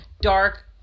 dark